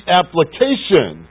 application